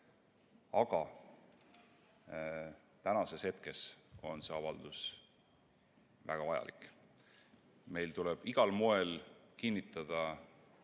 Aga tänases hetkes on see avaldus väga vajalik. Meil tuleb igal moel kinnitada